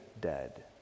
dead